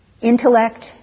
Intellect